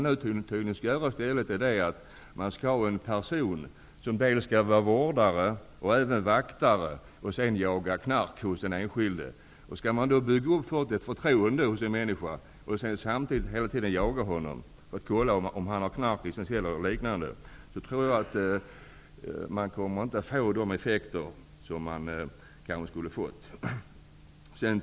Nu skall man i stället ha en person som skall vara dels vårdare, dels vaktare och som därutöver skall jaga knark hos den enskilde. Skall man försöka bygga upp ett förtroende hos en människa och samtidigt jaga honom och kolla om han har knark, tror jag inte att det går att nå de effekter som det annars kanske hade varit möjligt att uppnå.